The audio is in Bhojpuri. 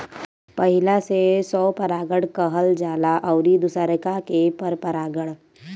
पहिला से स्वपरागण कहल जाला अउरी दुसरका के परपरागण